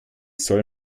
soll